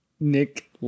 nick